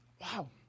wow